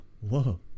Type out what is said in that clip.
whoa